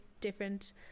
different